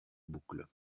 boucles